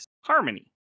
Harmony